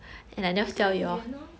不是很远 lor